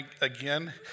again